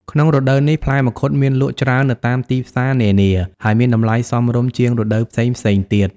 ក្នុងរដូវនេះ ផ្លែមង្ឃុតមានលក់ច្រើននៅតាមទីផ្សារនានា ហើយមានតម្លៃសមរម្យជាងរដូវផ្សេងៗទៀត។